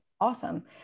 Awesome